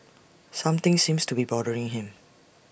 something seems to be bothering him